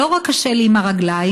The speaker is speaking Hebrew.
לא רק שקשה לי עם הרגליים,